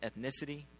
ethnicity